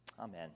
Amen